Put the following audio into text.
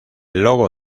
logo